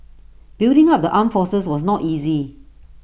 building up the armed forces was not easy